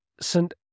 Saint